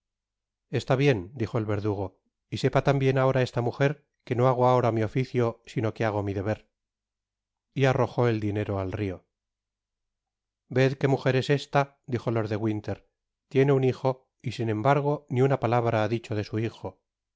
está bien dijo el verdugo y sepa tambien ahora esta mujer que no hago ahora mi oficio sino que hago mi deber y arrojó el dinero al rio ved que mujer es esta dijo lord de winter tiene un hijo y sin embargo ni una palabra ha dicho de su hijo